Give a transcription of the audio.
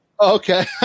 Okay